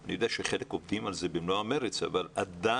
אני יודע שחלק עובדות על זה במלוא המרץ אבל עדיין,